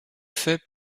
fait